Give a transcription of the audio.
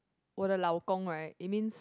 我的老公 right it means